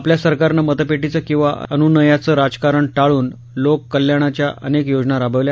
आपल्या सरकारनं मतपेटीचं किवा अनुनयाचं राजकारण टाळून लोक कल्याणाच्या अनेक योजना राबविल्या